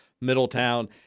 Middletown